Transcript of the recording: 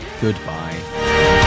Goodbye